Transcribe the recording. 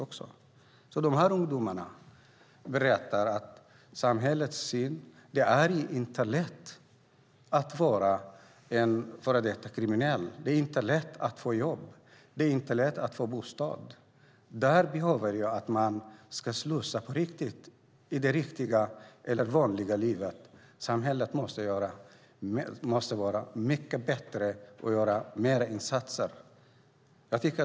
Dessa ungdomar berättar att samhällets syn gör att det inte är lätt att vara en före detta kriminell. Det är inte lätt att få jobb. Det är inte lätt att få bostad. Man behöver slussas in i det vanliga livet. Samhället måste vara mycket bättre på detta och göra fler insatser.